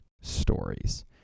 stories